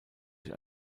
sich